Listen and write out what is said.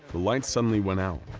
the lights suddenly went out,